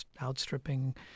outstripping